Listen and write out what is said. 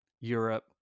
Europe